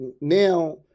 now